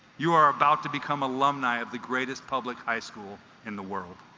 you are about to become alumni of the greatest public high school in the world